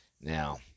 Now